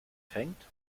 fängt